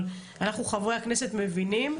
אבל אנחנו חברי הכנסת מבינים,